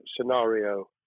scenario